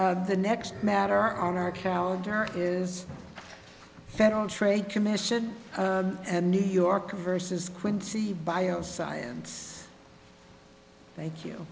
the next matter on our calendar is federal trade commission and new york versus quincy bio science thank you